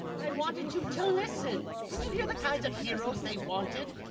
i wanted you to listen. did you hear the kinds of heroes they wanted?